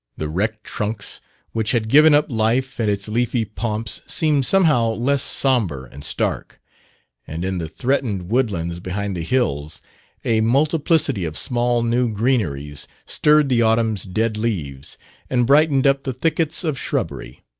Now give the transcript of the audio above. the wrecked trunks which had given up life and its leafy pomps seemed somehow less sombre and stark and in the threatened woodlands behind the hills a multiplicity of small new greeneries stirred the autumn's dead leaves and brightened up the thickets of shrubbery.